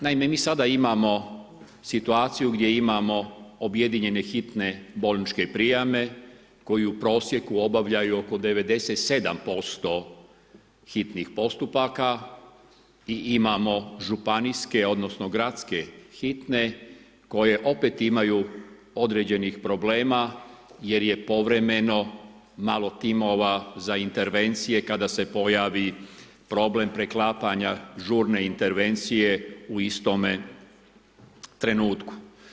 Naime, mi sada imamo situaciju gdje imamo objedinjenje hitne bolničke prijeme koji u prosjeku obavljaju oko 97% hitnih postupaka i imamo županijske, odnosno gradske hitne koje opet imaju određenih problema jer je povremeno malo timova za intervencije kada se pojavi problem preklapanja žurne intervencije u istome trenutku.